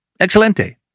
Excelente